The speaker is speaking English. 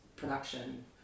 production